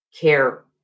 care